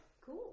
Cool